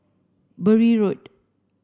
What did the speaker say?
Bury Road